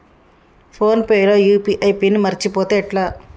Phone pay లో UPI PIN మరచిపోతే ఎట్లా?